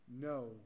no